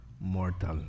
mortal